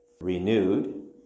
renewed